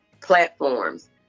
platforms